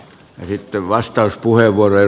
arvoisa puhemies